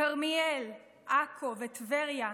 כרמיאל, עכו וטבריה,